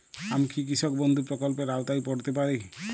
আমি কি কৃষক বন্ধু প্রকল্পের আওতায় পড়তে পারি?